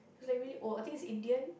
he was like really old I think is Indian